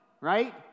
right